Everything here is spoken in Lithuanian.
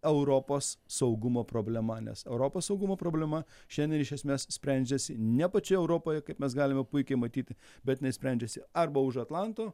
europos saugumo problema nes europos saugumo problema šiandien iš esmės sprendžiasi ne pačioj europoje kaip mes galime puikiai matyti bet jinai sprendžiasi arba už atlanto